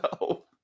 no